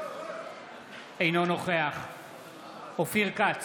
אינו נוכח אופיר כץ,